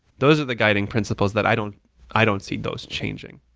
those of the guiding principles that i don't i don't see those changing.